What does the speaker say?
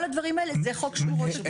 כל הדברים האלה הם חוק שמורות הטבע.